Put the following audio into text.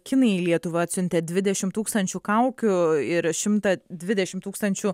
kinai į lietuvą atsiuntė dvidešim tūkstančių kaukių ir šimtą dvidešim tūkstančių